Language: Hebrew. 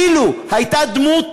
אילו דמות